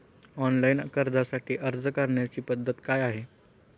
Online कर्जासाठी अर्ज करण्याची पद्धत काय आहे?